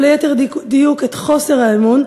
או ליתר דיוק את חוסר האמון,